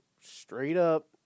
straight-up